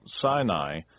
Sinai